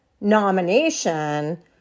nomination